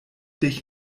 dich